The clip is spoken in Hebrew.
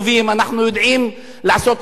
אנחנו יודעים לעשות את העבודה,